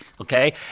okay